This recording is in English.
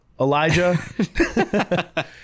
Elijah